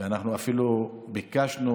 ואנחנו אפילו ביקשנו.